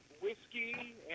whiskey